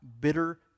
bitter